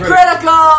Critical